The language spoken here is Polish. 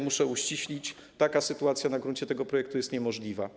Muszę uściślić, że taka sytuacja na gruncie tego projektu jest niemożliwa.